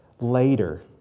later